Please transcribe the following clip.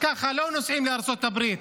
ככה לא נוסעים לארצות הברית.